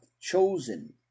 chosen